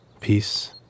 Peace